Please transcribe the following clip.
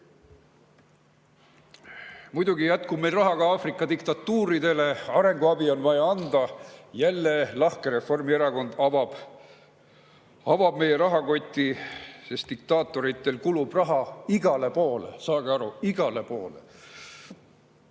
ära. Muidugi jätkub meil raha ka Aafrika diktatuuridele, arenguabi on vaja anda. Jälle, lahke Reformierakond avab meie rahakoti, sest diktaatoritel kulub raha igale poole. Saage aru: igale poole. Mis